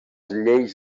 lleis